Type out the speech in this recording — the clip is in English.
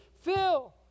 Phil